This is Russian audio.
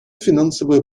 финансовые